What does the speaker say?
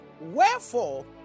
Wherefore